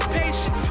patient